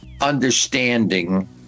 understanding